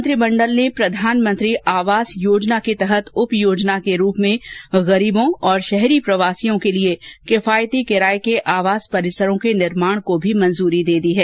मंत्रिमण्डल ने प्रधानमंत्री आवास योजना के तहत उप योजना के रूप में गरीबों और शहरी प्रवासियों के लिए किफायती किराये के आवास परिसरों के निर्माण को भी मंजूरी दे दी है